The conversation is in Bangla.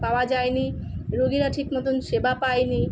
পাওয়া যায়নি রুগীরা ঠিক মতন সেবা পায়নি